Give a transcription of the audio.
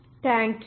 thank you